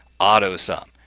autosum.